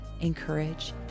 encourage